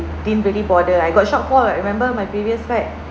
didn't really bother I got short fall lah remember my previous flat